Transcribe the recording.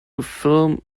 film